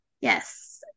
Yes